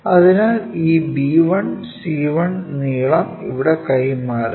അതിനാൽ ഈ b1 c1 നീളം ഇവിടെ കൈമാറുക